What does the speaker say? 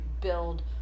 build